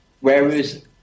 Whereas